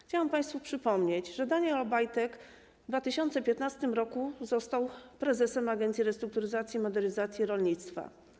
Chciałam państwu przypomnieć, że Daniel Obajtek w 2015 r. został prezesem Agencji Restrukturyzacji i Modernizacji Rolnictwa.